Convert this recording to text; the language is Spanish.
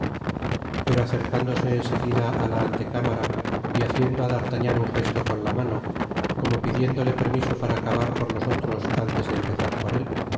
pero acercándose en seguida á la antecámara y haciendo á d'artagnan un gesto con la mano como pidiéndole permiso para acabar por los otros antes de empezar por él